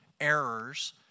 errors